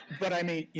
but i mean,